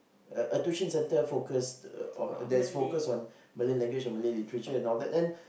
a a tuition center focus on that is focus on Malay language or Malay literature and all that then